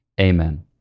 amen